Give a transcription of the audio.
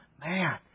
man